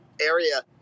area